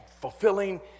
fulfilling